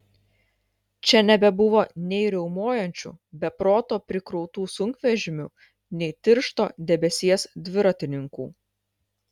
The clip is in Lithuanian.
čia nebebuvo nei riaumojančių be proto prikrautų sunkvežimių nei tiršto debesies dviratininkų